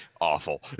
Awful